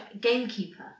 Gamekeeper